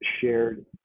shared